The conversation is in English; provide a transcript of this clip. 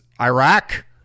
Iraq